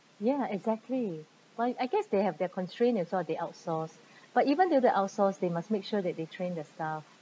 ya exactly why I guess they have their constraint and so they outsource but even though they'll outsource they must make sure that they train the staff